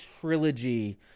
trilogy